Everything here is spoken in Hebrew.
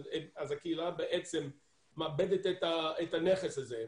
אז הקהילה בעצם מאבדת את הנכס הזה.